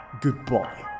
goodbye